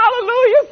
hallelujah